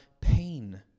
pain